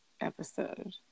episode